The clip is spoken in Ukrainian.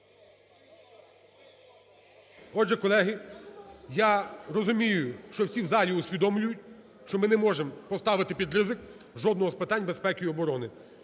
Отже, колеги, я розумію, що всі в залі усвідомлюють, що ми не можемо поставити під ризик жодного з питань безпеки і оборони.